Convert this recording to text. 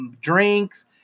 drinks